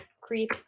Creep